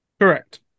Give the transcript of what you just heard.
Correct